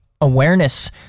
awareness